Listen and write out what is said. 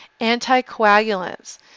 anticoagulants